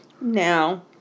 Now